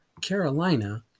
Carolina